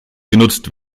genutzt